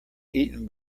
eaten